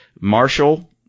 Marshall